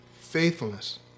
faithfulness